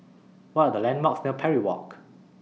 What Are The landmarks near Parry Walk